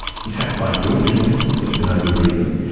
he's racked by guilt even, for no good reason,